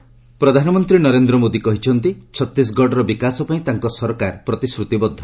PM ପ୍ରଧାନମନ୍ତ୍ରୀ ନରେନ୍ଦ୍ର ମୋଦି କହିଛନ୍ତି ଛତିଶଗଡ଼ର ବିକାଶ ପାଇଁ ତାଙ୍କ ସରକାର ପ୍ରତିଶ୍ରତିବଦ୍ଧ